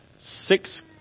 six